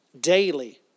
daily